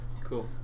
Cool